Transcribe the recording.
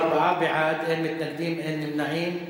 ארבעה בעד, אין מתנגדים ואין נמנעים.